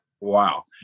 Wow